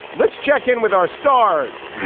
let's check in with our stars